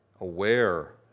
Aware